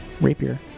rapier